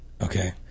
Okay